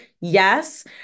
Yes